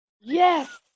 Yes